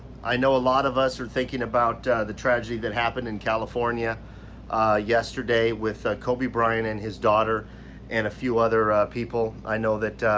i know a lot of us are thinking about the tragedy that happened in california yesterday with kobe bryant and his daughter and a few other people. i know that